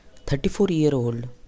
34-year-old